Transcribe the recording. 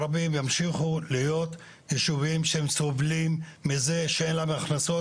הערבים ימשיכו להיות יישובים שסובלים מזה שאין להם הכנסות,